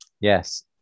yes